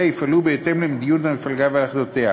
יפעלו בהתאם למדיניות המפלגה והחלטותיה.